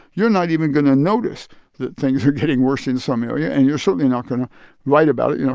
you're not even going to notice that things are getting worse in some area, and you're certainly not going to write about it. you know